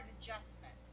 adjustment